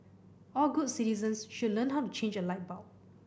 all good citizens should learn how to change a light bulb